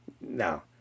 No